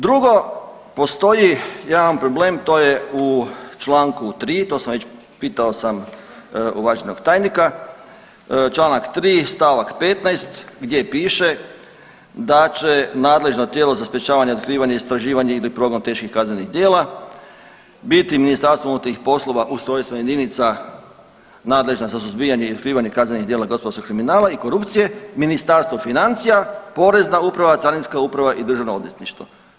Drugo postoji jedan problem to je u Članku 3., to sam već, pitao sam uvaženog tajnika, Članak 3. stavak 15. gdje piše da će nadležno tijelo za sprječavanje, otkrivanje, istraživanje ili progon teških kaznenih djela biti MUP, ustrojstvena jedinica nadležna za suzbijanje i otkrivanje kaznenih djela gospodarskog kriminala i korupcije, Ministarstvo financija, Porezna uprava, Carinska uprava i Državno odvjetništvo.